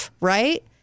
Right